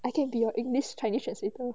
I can be your english chinese translator